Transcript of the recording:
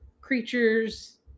creatures